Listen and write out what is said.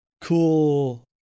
cool